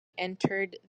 entered